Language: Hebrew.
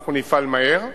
אנחנו נפעל מהר,